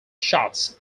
shots